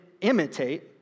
imitate